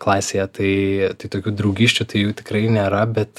klasėje tai tai tokių draugysčių tai jų tikrai nėra bet